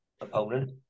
opponent